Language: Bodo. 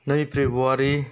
नै फेब्रुवारि